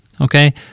Okay